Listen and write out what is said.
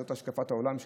זאת השקפת העולם שלי.